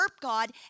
God